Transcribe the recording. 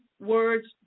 words